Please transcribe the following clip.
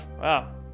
Wow